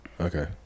okay